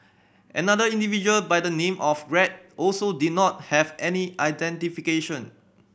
another individual by the name of Greg also did not have any identification